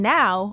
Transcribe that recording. now